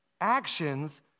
actions